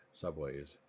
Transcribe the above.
subways